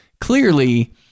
clearly